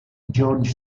george